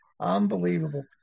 Unbelievable